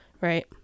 Right